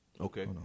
Okay